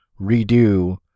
redo